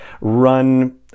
run